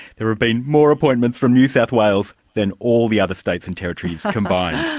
there have been more appointments from new south wales than all the other states and territories combined.